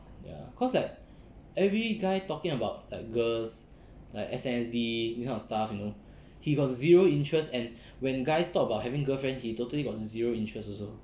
ya cause like every guy talking about like girls like S_N_S_D this kind of stuff you know he got zero interest and when guys talk about having girlfriend he totally got zero interest also